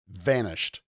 vanished